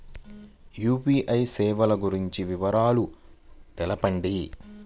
UPI సేవలు గురించి వివరాలు తెలుపండి?